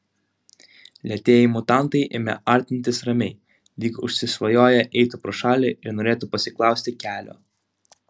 lėtieji mutantai ėmė artintis ramiai lyg užsisvajoję eitų pro šalį ir norėtų pasiklausti kelio